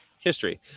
history